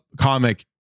comic